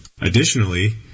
Additionally